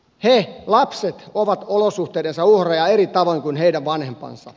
he lapset ovat olosuhteidensa uhreja eri tavoin kuin heidän vanhempansa